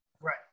right